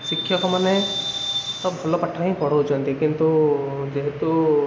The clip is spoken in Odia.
ଶିକ୍ଷକମାନେ ତ ଭଲପାଠ ହିଁ ପଢ଼ଉଛନ୍ତି କିନ୍ତୁ ଯେହେତୁ